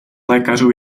lékařů